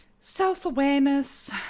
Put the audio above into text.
self-awareness